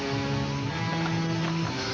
you know